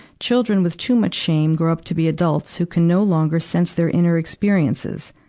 children with too much shame grow up to be adults who can no longer sense their inner experiences.